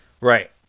Right